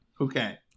Okay